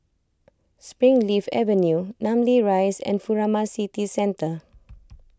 Springleaf Avenue Namly Rise and Furama City Centre